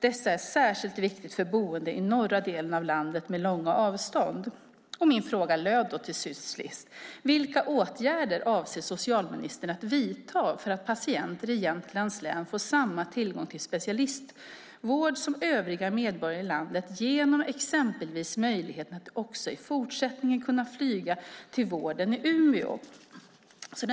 Detta är särskilt viktigt för boende i den norra delen av landet med långa avstånd. Min fråga lydde till sist: Vilka åtgärder avser socialministern att vidta för att patienter i Jämtlands län får samma tillgång till specialistvård som övriga medborgare i landet genom exempelvis möjligheten att också i fortsättningen kunna flyga till vården i Umeå?